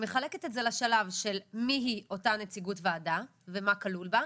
היא מחלקת את זה לשלב של מי היא אותה נציגות ועדה ומה כלול בה,